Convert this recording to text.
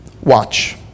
watch